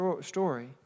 story